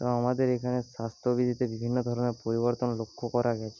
তো আমাদের এখানে স্বাস্থ্যবিধিতে বিভিন্ন ধরনের পরিবর্তন লক্ষ্য করা গেছে